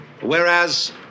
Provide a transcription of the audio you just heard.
Whereas